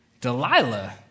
Delilah